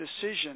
decision